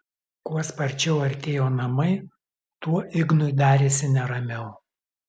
kuo sparčiau artėjo namai tuo ignui darėsi neramiau